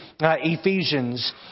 Ephesians